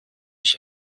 ich